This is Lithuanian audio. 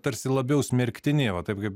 tarsi labiau smerktini va taip kaip